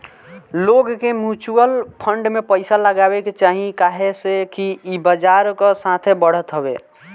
लोग के mutual fund में पइसा लगावे के चाही काहे से कि ई बजार कअ साथे बढ़त हवे